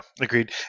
agreed